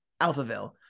Alphaville